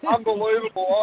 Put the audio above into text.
Unbelievable